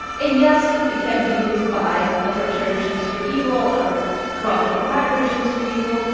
and yes, it can be used by authoritarian regimes for evil or corrupt democratic regimes for evil,